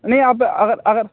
नहीं आप अगर अगर